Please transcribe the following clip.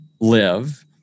live